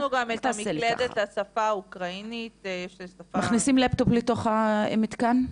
הנגשנו גם את המקלדת לשפה האוקראינית --- מכניסים לפטופ לתוך המתקן?